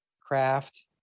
craft